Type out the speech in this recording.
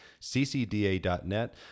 ccda.net